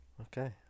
Okay